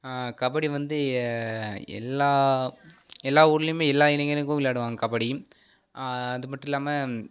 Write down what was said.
கபடி வந்து எல்லா எல்லா ஊருலேயுமே எல்லா இளைஞர்களும் விளையாடுவாங்க கபடி அதுமட்டும் இல்லாமல்